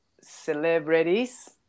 celebrities